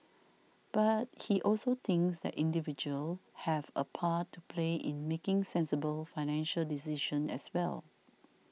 but he also thinks that individuals have a part to play in making sensible financial decisions as well